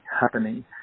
happening